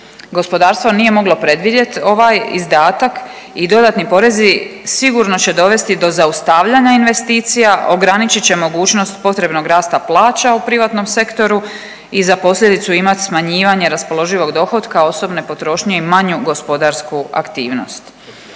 Gospodarstvo nije moglo predvidjeti ovaj izdatak i dodatni porezi sigurno će dovesti do zaustavljanja investicija, ograničit će mogućnost potrebnog rasta plaća u privatnom sektoru i za posljedicu imati smanjivanje raspoloživog dohotka osobne potrošnje i manju gospodarsku aktivnost.